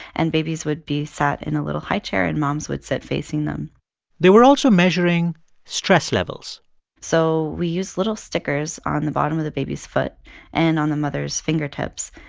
and babies would be sat in a little highchair, and moms would sit facing them they were also measuring stress levels so we used little stickers on the bottom of the baby's foot and on the mother's fingertips,